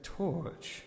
torch